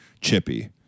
chippy